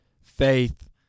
faith